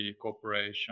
cooperation